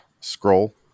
scroll